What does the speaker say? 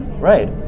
Right